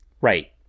Right